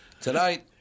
Tonight